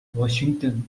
washington